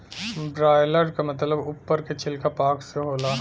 broiler क मतलब उप्पर के छिलका पांख से होला